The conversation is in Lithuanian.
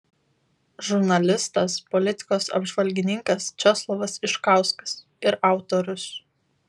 žurnalistas politikos apžvalgininkas česlovas iškauskas ir autorius